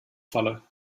falle